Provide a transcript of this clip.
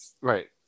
Right